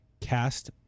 cast